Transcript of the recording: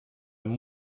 amb